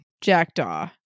jackdaw